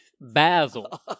Basil